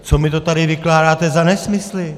Co mi to tady vykládáte za nesmysly?